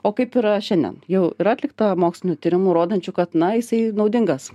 o kaip yra šiandien jau yra atlikta mokslinių tyrimų rodančių kad na jisai naudingas